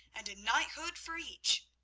and a knighthood for each!